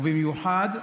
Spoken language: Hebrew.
ובמיוחד,